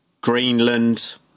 Greenland